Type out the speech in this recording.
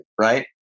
Right